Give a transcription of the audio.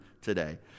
today